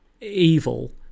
evil